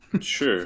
Sure